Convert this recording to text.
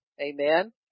amen